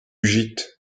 gite